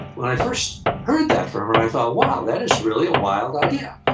when i first heard that from her i thought, wow, that is really a wild idea.